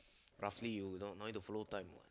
roughly you don't need to follow time what